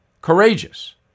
courageous